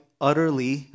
utterly